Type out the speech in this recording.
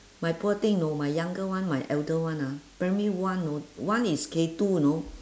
my poor thing know my younger one my elder one ah primary one know one is K two know